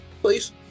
please